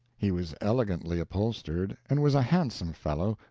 he was elegantly upholstered, and was a handsome fellow,